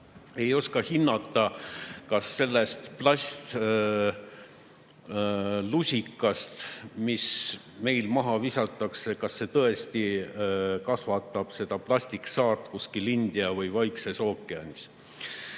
ei oska hinnata, kas see plastlusikas, mis meil maha visatakse, tõesti kasvatab plastiksaart kuskil India või Vaikses ookeanis.